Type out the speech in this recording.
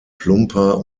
plumper